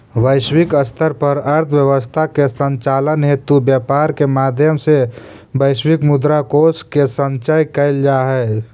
वैश्विक स्तर पर अर्थव्यवस्था के संचालन हेतु व्यापार के माध्यम से वैश्विक मुद्रा कोष के संचय कैल जा हइ